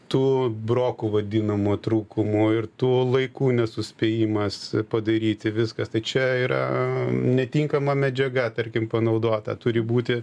tų brokų vadinamų trūkumų ir tų laikų nesuspėjimas padaryti viskas čia yra netinkama medžiaga tarkim panaudota turi būti